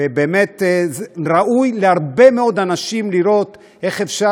ובאמת ראוי להרבה מאוד אנשים לראות איך אפשר